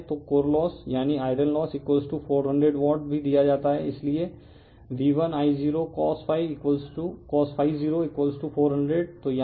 तो core loss यानी iron loss 400 watt भी दिया जाता है इसलिए V1I0cos0400 तो यानी 240005 cos0400